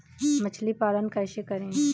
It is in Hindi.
मछली पालन कैसे करें?